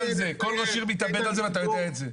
כל ראש עיר מתאבד על זה, ואתה יודע את זה.